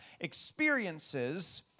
experiences